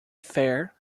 fair